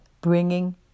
bringing